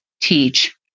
teach